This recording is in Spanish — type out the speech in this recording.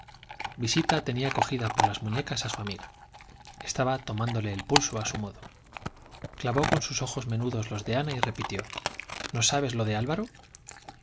visita tenía cogida por las muñecas a su amiga estaba tomándola el pulso a su modo clavó con sus ojos menudos los de ana y repitió no sabes lo de álvaro